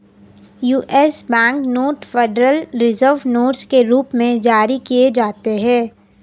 US bank note federal reserve notes के रूप में जारी किए जाते हैं